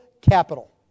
capital